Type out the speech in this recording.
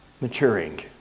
Maturing